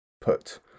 put